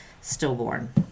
stillborn